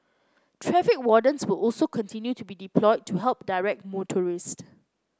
traffic wardens will also continue to be deployed to help direct motorists